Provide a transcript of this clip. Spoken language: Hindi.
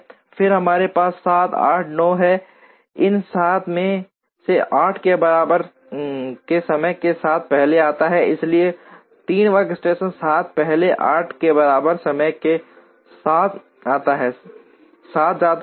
फिर हमारे पास 7 8 और 9 हैं इन 7 में से 8 के बराबर समय के साथ पहले आता है इसलिए 3 वर्कस्टेशन 7 पहले 8 के बराबर समय के साथ आता है 7 जाता है